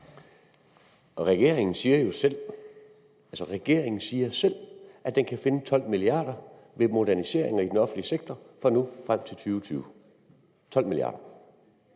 regeringen siger selv – at den kan finde 12 mia. kr. ved moderniseringer i den offentlige sektor fra nu og frem til 2020, 12 mia. kr.